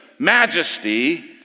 majesty